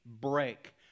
break